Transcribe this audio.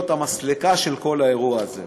להיות המסלקה של כל האירוע הזה.